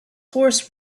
horse